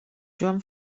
joan